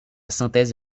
synthèse